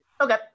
Okay